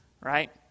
right